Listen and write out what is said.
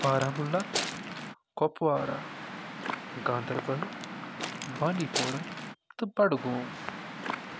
Baramulla Kupwara Ganderbal Bandipora تہٕ بَڈگوم